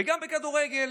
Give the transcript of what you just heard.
גם בכדורגל